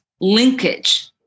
linkage